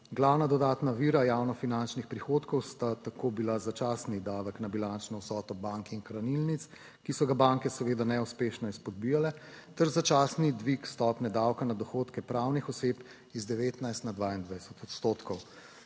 Glavna dodatna vira javnofinančnih prihodkov sta tako bila začasni davek na bilančno vsoto bank in hranilnic, ki so ga banke seveda neuspešno izpodbijale, ter začasni dvig stopnje davka na dohodke pravnih oseb iz 19 na 22 odstotkov.